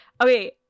Okay